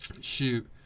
shoot